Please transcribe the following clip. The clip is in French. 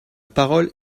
parole